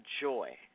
joy